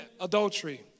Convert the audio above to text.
adultery